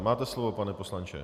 Máte slovo, pane poslanče.